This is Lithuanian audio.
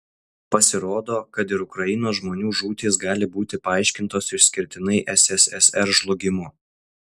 pasirodo kad ir ukrainos žmonių žūtys gali būti paaiškintos išskirtinai sssr žlugimu